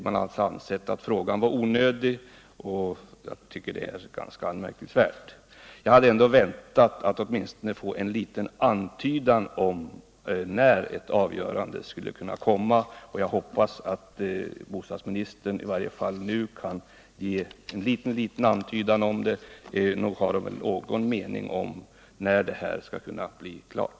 Man har alltså ansett att frågan var onödig, och jag tycker att det är ganska anmärkningsvärt. Jag hade ändå väntat att få en antydan om när ett avgörande skulle kunna komma, och jag hoppas att bostadsministern i varje fall nu kan ge en liten, liten antydan om det. Nog har väl bostadsministern ändå någon mening om när det här skall kunna bli klart?